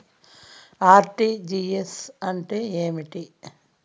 RTGS అంటే ఏమి?